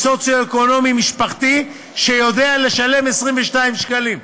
ממצב סוציו-אקונומי משפחתי שיודע לשלם 22 שקלים,